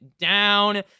down